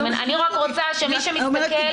אני רק רוצה שמי שמסתכל --- אני אומרת,